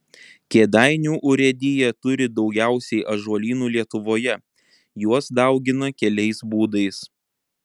kėdainių urėdija turi daugiausiai ąžuolynų lietuvoje juos daugina keliais būdais